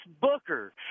Booker